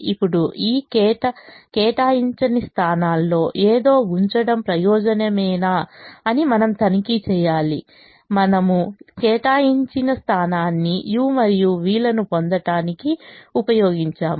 ఇప్పుడు ఈ కేటాయించని స్థానాల్లో ఏదో ఉంచడం ప్రయోజనమే నా అని మనం తనిఖీ చేయాలి మనము కేటాయించిన స్థానాన్ని u మరియు v లను పొందటానికి ఉపయోగించాము